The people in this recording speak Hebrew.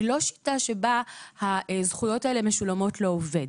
היא לא שיטה שבה הזכויות האלה משולמות לעובד.